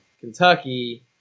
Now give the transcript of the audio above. kentucky